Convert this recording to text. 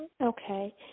Okay